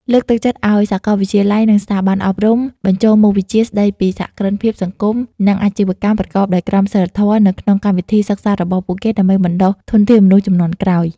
លើកទឹកចិត្តឱ្យសាកលវិទ្យាល័យ និងស្ថាប័នអប់រំ បញ្ចូលមុខវិជ្ជាស្តីពីសហគ្រិនភាពសង្គម និងអាជីវកម្មប្រកបដោយក្រមសីលធម៌ នៅក្នុងកម្មវិធីសិក្សារបស់ពួកគេ ដើម្បីបណ្តុះធនធានមនុស្សជំនាន់ក្រោយ។